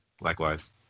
likewise